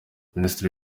minisiteri